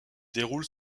déroule